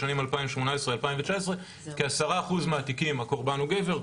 בשנים 2019-2018. בכעשרה אחוזים מהתיקים הקורבן הוא גבר,